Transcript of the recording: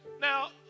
Now